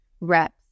reps